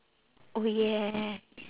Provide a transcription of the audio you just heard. oh yeah